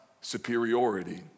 superiority